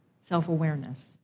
self-awareness